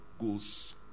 goes